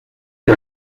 que